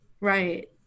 Right